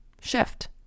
Shift